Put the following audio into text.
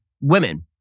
women